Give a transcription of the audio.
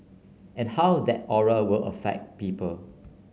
and how that aura will affect people